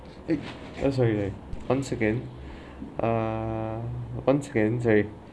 it has uh sorry one second ah one second sorry